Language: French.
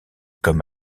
comme